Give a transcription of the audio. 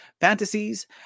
fantasies